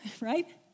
right